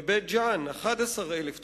בבית-ג'ן, 11,000 תושבים,